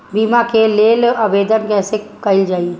बीमा के लेल आवेदन कैसे कयील जाइ?